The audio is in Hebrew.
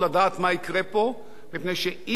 מפני שאם ההפקות האלה תסתיימנה,